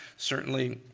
certainly,